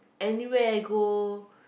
anywhere I go